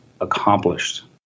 accomplished